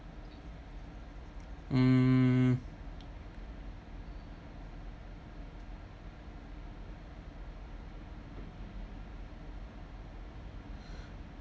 mm